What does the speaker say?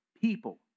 people